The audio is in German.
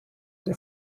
der